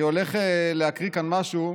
אני הולך להקריא כאן משהו,